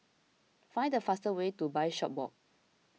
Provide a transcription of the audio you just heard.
find the fastest way to Bishopswalk